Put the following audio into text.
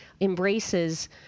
embraces